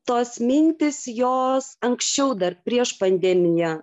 tos mintys jos anksčiau dar prieš pandemiją